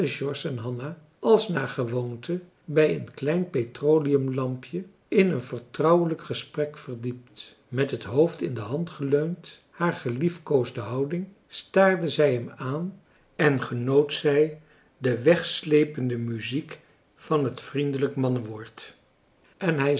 hanna als naar gewoonte bij een klein petroleumlampje in een vertrouwelijk gesprek verdiept met het hoofd in de hand geleund haar geliefkoosde houding staarde zij hem aan en genoot zij de wegslepende muziek van het vriendelijk mannenwoord en hij